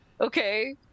Okay